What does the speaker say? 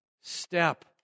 step